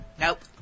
Nope